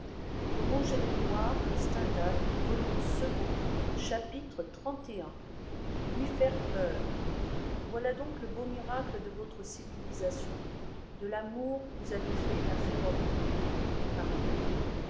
chapitre xxxi lui faire peur voilà donc le beau miracle de votre civilisation de l'amour vous avez fait une affaire ordinaire barnave